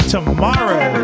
tomorrow